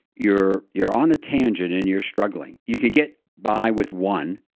you're you're on a tangent and you're struggling. you can get by with one,